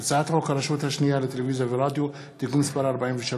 הצעת חוק הרשות השנייה לטלוויזיה ורדיו (תיקון מס' 43)